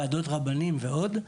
ועדות רבנים ועוד.